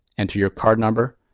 enter your card number,